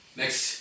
next